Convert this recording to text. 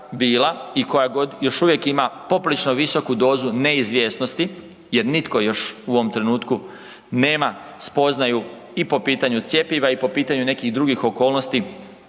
i koja još uvijek ima poprilično visoku dozu neizvjesnosti jer nitko još u ovom trenutku nema spoznaju i po pitanju cjepiva i po pitanju nekih drugih okolnosti